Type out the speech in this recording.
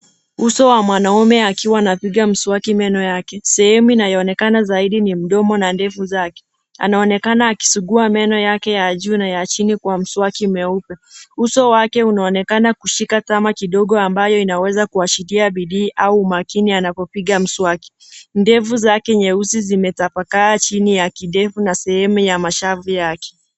Uso wa mwanaume akiwa anapiga mswaki meno yake. Sehemu inayoonekana zidi ni mdomo na ndevu zake. Anaonekana akisugua meno yake ya juu na ya chini kwa mswaki mweupe. Uso wake unaonekana kushika kama kidogo ambayo inaweza kuashiria bidii au umakini anapopiga mswaki. Ndevu zake nyeusi zimetapakaa chini ya kidevu na sehemu ya mashavu yake.